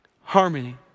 harmony